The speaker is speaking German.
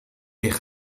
wir